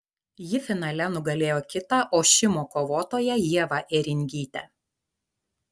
ji finale nugalėjo kitą ošimo kovotoją ievą ėringytę